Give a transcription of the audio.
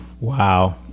Wow